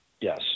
Yes